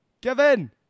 kevin